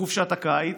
בחופשת הקיץ,